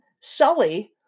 Sully